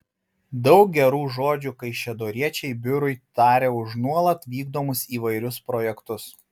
daug gerų žodžių kaišiadoriečiai biurui taria už nuolat vykdomus įvairius projektus